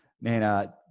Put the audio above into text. Man